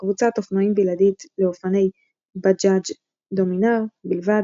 קבוצת אופנועים בלעדית לאופני "Bajaj Dominar" בלבד.